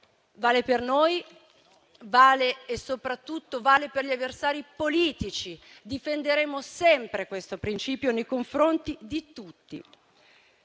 Vale per noi e soprattutto vale per gli avversari politici. Difenderemo sempre questo principio, nei confronti di tutti.